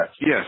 Yes